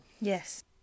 Yes